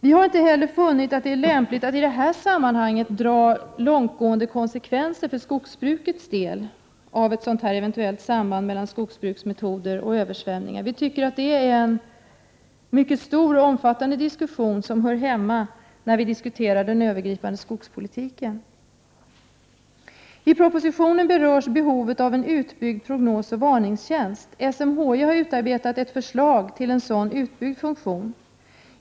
Vi har inte funnit det lämpligt att i det här sammanhanget dra långtgående konsekvenser för skogsbrukets del av ett eventuellt samband mellan skogsbruksmetoder och översvämningar. Det är en mycket omfattande fråga som hör hemma i en diskussion om den övergripande skogspolitiken. I propositionen berörs behovet att utbyggd prognosoch varningstjänst. SMHI har utarbetat ett förslag till en sådan utbyggd funktion.